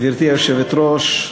גברתי היושבת-ראש,